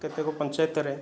କେତେକ ପଞ୍ଚାୟତରେ